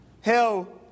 Hell